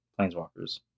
planeswalkers